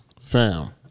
Found